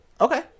Okay